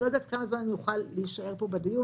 אני לא יודעת כמה זמן אני אוכל להישאר פה בדיון,